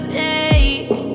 take